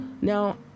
Now